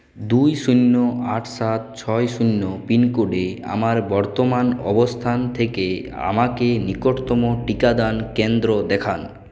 দুই শূন্য আট সাত ছয় শূন্য পিনকোডে আমার বর্তমান অবস্থান থেকে আমাকে নিকটতম টিকাদান কেন্দ্র দেখান